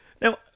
Now